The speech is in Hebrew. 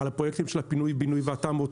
על הפרויקטים של הפינוי בינוי והתמ"אות,